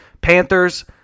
Panthers